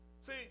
See